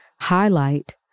highlight